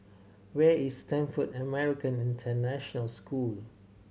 where is Stamford American International School